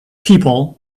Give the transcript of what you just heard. people